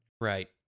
Right